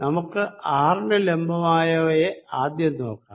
നമുക്ക് ആറിന് ലംബമായവയെ ആദ്യം നോക്കാം